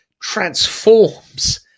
transforms